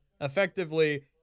effectively